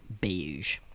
beige